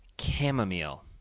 Chamomile